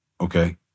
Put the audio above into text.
okay